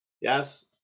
Yes